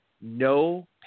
no